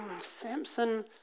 Samson